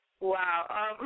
Wow